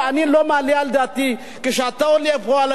כשאתה עולה פה על הדוכן בכנסת,